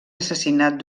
assassinat